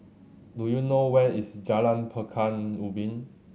do you know where is Jalan Pekan Ubin